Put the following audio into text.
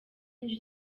njye